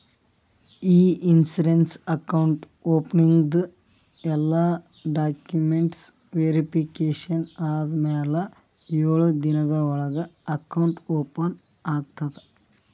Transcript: E insurance account ಓಪನಿಂಗ್ದು ಎಲ್ಲಾ documents verification ಆದಮ್ಯಾಲ ಎಳು ದಿನದ ಒಳಗ ಅಕೌಂಟ್ ಓಪನ್ ಆಗ್ತದ